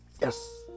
yes